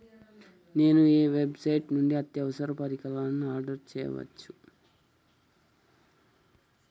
నేను ఏ వెబ్సైట్ నుండి వ్యవసాయ పరికరాలను ఆర్డర్ చేయవచ్చు?